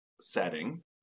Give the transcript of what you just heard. setting